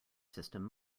system